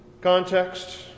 context